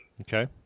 Okay